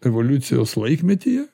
evoliucijos laikmetyje